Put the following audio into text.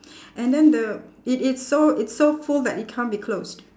and then the it it's so it's so full that it can't be closed